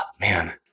Man